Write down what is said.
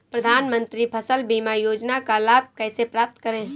प्रधानमंत्री फसल बीमा योजना का लाभ कैसे प्राप्त करें?